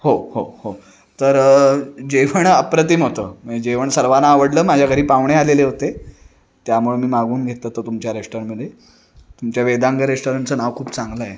हो हो हो तर जेवण अप्रतिम होतं मग जेवण सर्वांना आवडलं माझ्या घरी पाहुणे आलेले होते त्यामुळे मी मागून घेतलं होतं तुमच्या रेस्टॉरंटमध्ये तुमच्या वेदांग रेस्टॉरंटचं नाव खूप चांगलं आहे